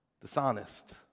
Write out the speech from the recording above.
Dishonest